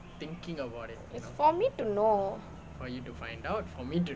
it is for me to know